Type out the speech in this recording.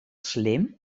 slim